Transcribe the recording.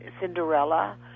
Cinderella